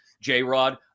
J-Rod